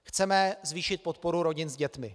Chceme zvýšit podporu rodin s dětmi.